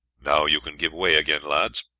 now you can give way again, lads.